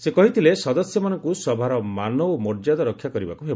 ସେ କହିଥିଲେ ସଦସ୍ୟମାନଙ୍କୁ ସଭାର ମାନ ଓ ମର୍ଯ୍ୟଦା ରକ୍ଷା କରିବାକୁ ହେବ